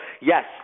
yes